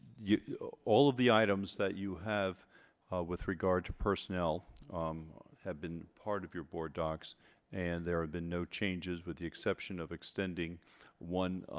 yeah all of the items that you have with regard to personnel um have been part of your board docks and there have been no changes with the exception of extending one